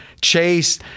Chase